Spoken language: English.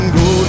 go